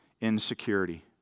insecurity